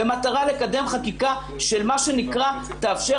במטרה לקדם חקיקה של מה שנקרא תאפשר